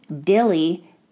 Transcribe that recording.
dilly